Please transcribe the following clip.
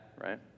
right